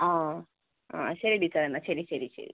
ആ ആ ശരി ടീച്ചറെ എന്നാൽ ശരി ശരി ശരി